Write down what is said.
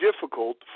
difficult